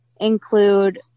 include